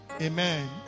Amen